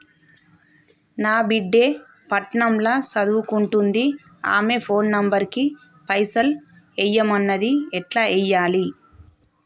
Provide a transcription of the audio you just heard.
నా బిడ్డే పట్నం ల సదువుకుంటుంది ఆమె ఫోన్ నంబర్ కి పైసల్ ఎయ్యమన్నది ఎట్ల ఎయ్యాలి?